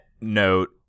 note